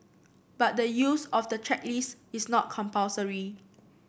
but the use of the checklist is not compulsory